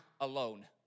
alone